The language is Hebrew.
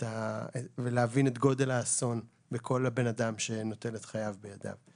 ולהבין את גודל האסון לכל אדם שנוטל את חייו בידיו.